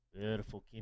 Beautiful